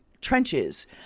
trenches